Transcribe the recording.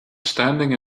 standing